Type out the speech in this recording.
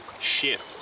shift